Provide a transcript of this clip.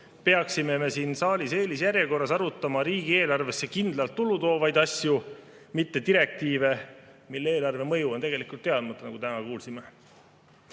peaksime siin saalis eelisjärjekorras arutama riigieelarvesse kindlalt tulu toovaid asju, mitte direktiive, mille eelarvemõju on tegelikult teadmata, nagu täna kuulsime.